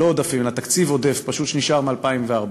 לא עודפים אלא תקציב עודף, שפשוט נשאר מ-2014,